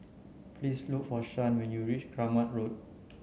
please look for Shan when you reach Kramat Road